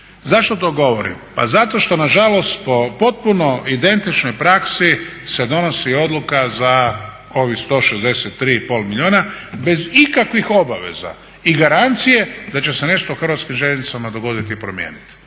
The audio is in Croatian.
Zašto to govorim, pa zato što nažalost po potpuno identičnoj praksi se donosi odluka za ovih 163,5 milijuna bez ikakvih obaveza i garancije da će se nešto u Hrvatskim željeznicama dogoditi i promijeniti.